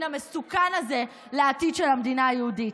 המסוכן הזה לעתיד של המדינה היהודית.